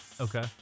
Okay